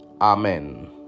Amen